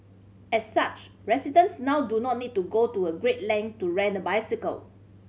as such residents now do not need to go to a great length to rent a bicycle